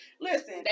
Listen